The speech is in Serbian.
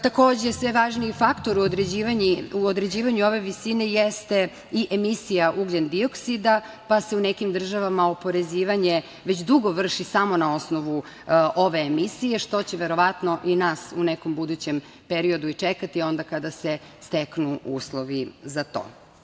Takođe, sve važniji faktor u određivanju ove visine jeste i emisija ugljendioksida, pa se u nekim državama oporezivanje već dugo vrši samo na osnovu ove emisije, što će verovatno i nas u nekom budućem periodu i čekati onda kada se steknu uslovi za to.